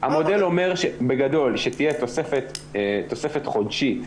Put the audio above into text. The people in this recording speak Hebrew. המודל אומר בגדול שתהיה תוספת חודשית